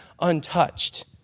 untouched